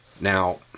Now